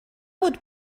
would